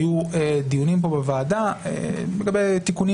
היו דיונים פה בוועדה לגבי תיקונים